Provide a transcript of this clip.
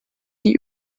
die